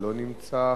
לא נמצא,